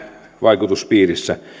vaikutuspiirissä